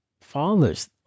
fathers